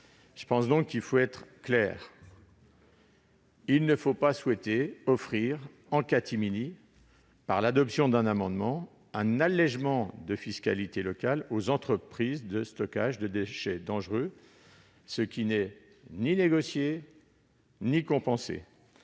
exonération. Il faut être clair et ne pas chercher à offrir en catimini, par l'adoption d'un amendement, un allégement de fiscalité locale aux entreprises de stockage de déchets dangereux, qui ne serait ni négocié ni compensé.